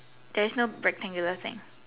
there's no rectangular thing